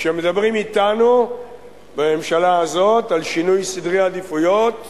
כשמדברים אתנו בממשלה הזאת על שינוי סדרי עדיפויות,